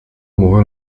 amoureux